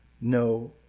no